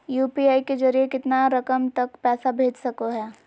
UPI के जरिए कितना रकम तक पैसा भेज सको है?